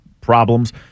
problems